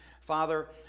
Father